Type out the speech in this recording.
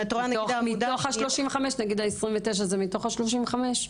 נגיד ה-29 זה מתוך ה-35?